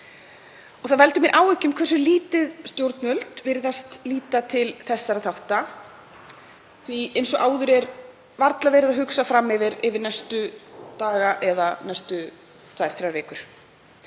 Það veldur mér áhyggjum hversu lítið stjórnvöld virðast líta til þessara þátta því eins og áður er varla verið að hugsa fram yfir næstu daga eða næstu tvær til þrjár vikur.